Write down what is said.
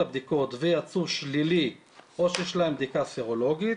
הבדיקות ויצאו שלילי או שיש להם בדיקה סרולוגית,